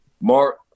Mark